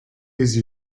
please